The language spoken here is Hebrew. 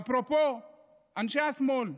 ואפרופו אנשי השמאל,